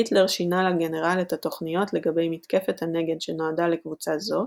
היטלר שינה לגנרל את התוכניות לגבי מתקפת הנגד שנועדה לקבוצה זו,